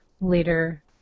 later